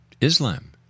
Islam